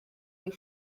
you